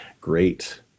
great